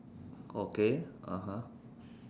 okay (uh huh)